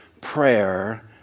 prayer